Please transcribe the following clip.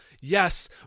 yes